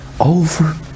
over